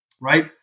Right